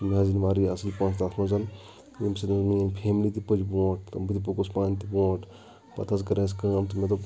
کہِ مےٚ حظ زیٖنۍ واریاہ اَصٕل پونٛسہٕ تَتھ منٛز یِمہِ سۭتۍ حظ میٛٲنۍ فیملِی تہِ پٔچ بُوٗنٛٹھ بہٕ پوٚکُس پانہٕ تہِ بونٛٹھ پَتہٕ حظ کٔر اَسہِ کٲم تہٕ مےٚ دوٚپ